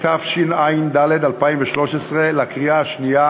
התשע"ד 2013, לקריאה שנייה